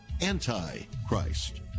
anti-Christ